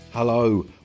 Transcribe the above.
Hello